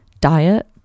diet